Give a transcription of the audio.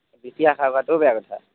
বেছি আশা কৰাটোও বেয়া কথা